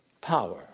power